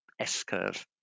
S-curve